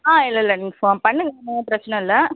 ஆ இல்லை இல்லை நீங்கள் ஃபோன் பண்ணுங்கள் ஒன்றும் பிரச்சனை இல்லை